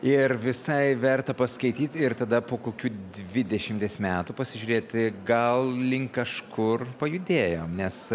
ir visai verta paskaityt ir tada po kokių dvidešimties metų pasižiūrėti gal link kažkur pajudėjom nes